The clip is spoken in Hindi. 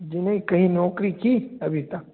जी नहीं कहीं नौकरी की अभी तक